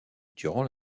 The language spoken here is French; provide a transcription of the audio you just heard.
durant